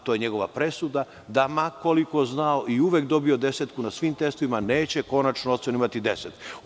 To je njegova presuda da ma koliko znao i uvek dobio desetku na svim testovima neće konačnu ocenu imati deset.